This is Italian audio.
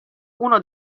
uno